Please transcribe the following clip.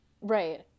Right